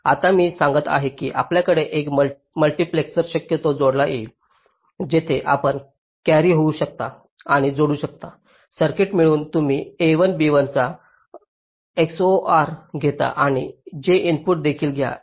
आता मी सांगत आहे की आपल्याकडे येथे एक मल्टीप्लेझर शक्यतो जोडता येईल जिथे आपण कॅरी घेऊ शकता आणि जोडू शकता सर्किट मिळवून तुम्ही a1 b1 चा xor घेता आणि हे इनपुट देखील घ्या